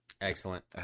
Excellent